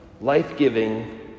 life-giving